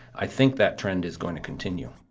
i think that trend is going to continue.